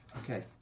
okay